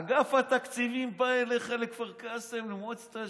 אגף התקציבים בא אליך לכפר קאסם למועצת השורא.